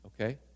okay